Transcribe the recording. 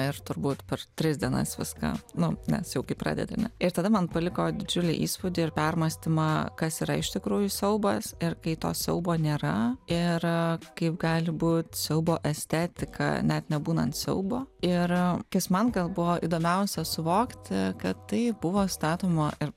ir turbūt per tris dienas viską nu nes jau kai pradedi ne ir tada man paliko didžiulį įspūdį ir permąstymą kas yra iš tikrųjų siaubas ir kai to siaubo nėra ir kaip gali būt siaubo estetika net nebūnant siaubo ir kas man gal buvo įdomiausia suvokti kad tai buvo statoma ir